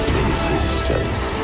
Resistance